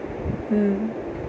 mm